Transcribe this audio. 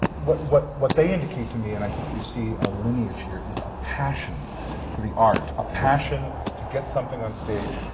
what what they indicate to me, and i think we see a lineage here, is a passion for the art, a passion to get something on stage.